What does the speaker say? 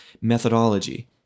methodology